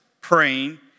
praying